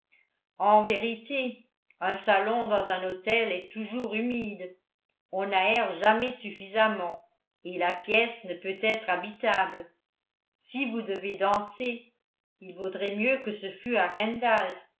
en vérité un salon dans un hôtel est toujours humide on n'aère jamais suffisamment et la pièce ne peut être habitable si vous devez danser il vaudrait mieux que ce fût à